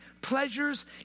pleasures